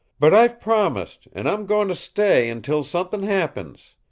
but i've promised, and i'm goin' to stay until something happens.